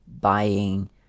buying